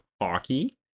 hockey